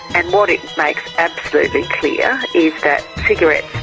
and what it makes absolutely clear is that cigarettes